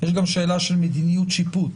יש גם שאלה של מדיניות שיפוט.